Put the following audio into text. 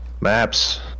Maps